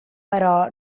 però